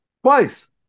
twice